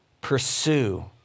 pursue